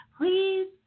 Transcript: Please